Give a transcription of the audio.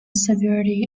severity